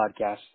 podcast